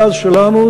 גז שלנו,